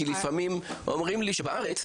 כי לפעמים אומרים לי שבארץ,